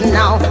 now